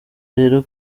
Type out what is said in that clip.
rero